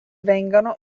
vengano